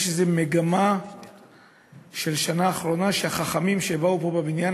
יש מגמה בשנה האחרונה שהחכמים שבאו לבניין